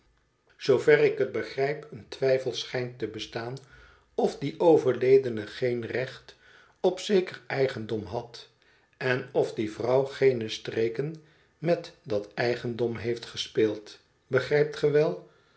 zoover ik het begrijp een twijfel schijnt te bestaan of die overledene geen recht op zeker eigendom had en of die vrouw geene streken met dat eigendom heeft gespeeld begrijpt